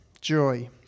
joy